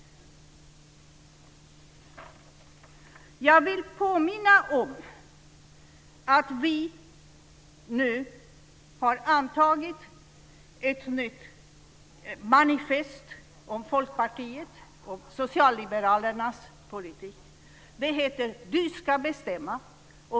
Jag vill påminna om att vi nu har antagit ett nytt manifest rörande Folkpartiets och socialliberalernas politik. Det heter Du ska bestämma.